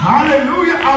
Hallelujah